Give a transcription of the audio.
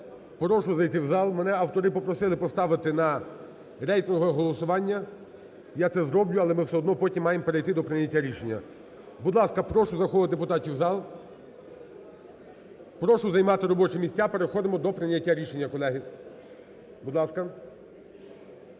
прошу зайти в зал. Мене автори попросили поставити на рейтингове голосування. Я це зроблю, але ми все одно потім маємо перейти до прийняття рішення. Будь ласка, прошу заходити депутатів в зал. Прошу займати робочі місця, переходимо до прийняття рішення, колеги, будь ласка.